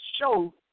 show